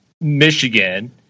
Michigan